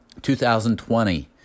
2020